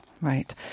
right